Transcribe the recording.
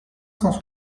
cent